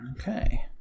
Okay